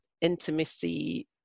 intimacy